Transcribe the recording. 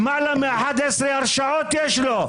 למעלה מ-11 הרשעות יש לו.